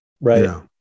Right